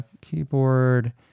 keyboard